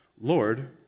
Lord